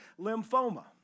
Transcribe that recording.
lymphoma